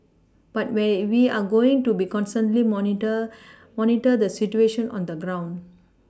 but we we are going to be constantly monitor monitor the situation on the ground